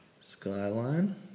Skyline